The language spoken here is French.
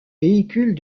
véhicule